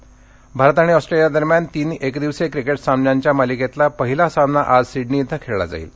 cricket Bharat आणि Australia दरम्यानच्या तीन एकदिवसीय क्रिकेट सामन्यांच्या मालिकेतील पहिला सामना आज सिडनी इथं खेळला जाईल